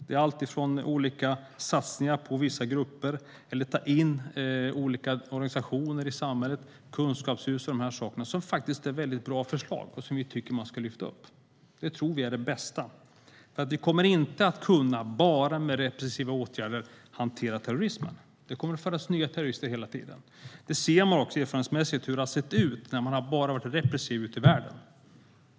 Det är allt från olika satsningar på vissa grupper till att ta in olika organisationer i samhället, kunskapshus med mera. Det är väldigt bra förslag som vi tycker att man ska lyfta fram. Det tror vi är det bästa. Vi kommer inte att kunna hantera terrorismen enbart med repressiva åtgärder. Det kommer att födas nya terrorister hela tiden. Erfarenhetsmässigt ser man hur det har sett ut i världen när det bara har funnits repressiva åtgärder.